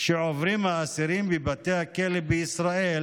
שעוברים האסירים בבתי הכלא בישראל